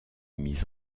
mis